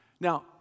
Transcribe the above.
Now